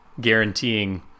guaranteeing